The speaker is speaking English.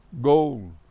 Gold